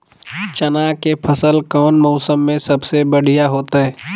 चना के फसल कौन मौसम में सबसे बढ़िया होतय?